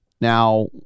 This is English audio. Now